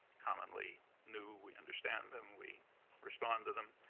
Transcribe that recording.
commonly new, we understand them, we respond to them